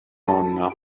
nonna